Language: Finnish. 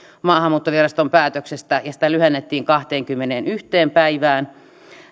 maahanmuuttoviraston päätöksestä sitä lyhennettiin kahteenkymmeneenyhteen päivään